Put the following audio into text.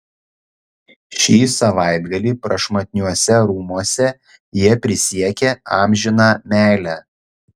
šį savaitgalį prašmatniuose rūmuose jie prisiekė amžiną meilę